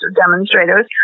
demonstrators